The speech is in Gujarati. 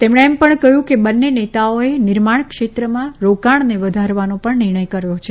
તેમણે એમ પણ કહ્યું કે બંને નેતાઓએ નિર્માણ ક્ષેત્રમાં રોકાણને વધારવાનો પણ નિર્ણય કરાયો હતો